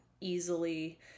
easily